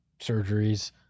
surgeries